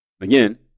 Again